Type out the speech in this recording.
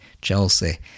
Chelsea